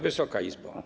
Wysoka Izbo!